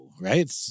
right